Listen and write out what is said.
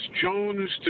Jones